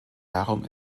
darum